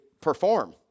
perform